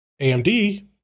AMD